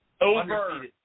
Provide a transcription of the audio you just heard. Over